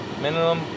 minimum